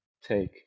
take